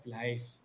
life